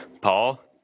Paul